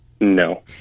No